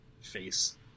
face